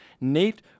Nate